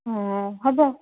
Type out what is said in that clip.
অ হ'ব